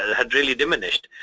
ah had really diminished.